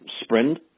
SPRINT